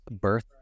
birth